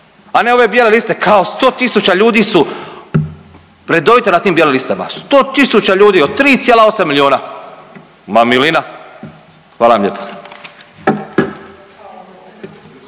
a ne ove bijele liste kao 100 000 ljudi su redovito na tim bijelim listama. 100 000 ljudi od 3,8 milijona. Ma milina! Hvala vam lijepa.